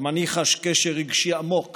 גם אני חש קשר רגשי עמוק